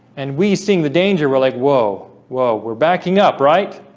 and we sing the danger. we're like whoa. whoa, we're backing up, right?